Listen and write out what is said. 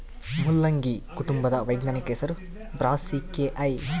ಮುಲ್ಲಂಗಿ ಕುಟುಂಬದ ವೈಜ್ಞಾನಿಕ ಹೆಸರು ಬ್ರಾಸಿಕೆಐ